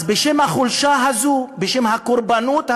אז בשם החולשה הזאת, בשם הקורבנות הזאת,